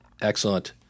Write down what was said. Excellent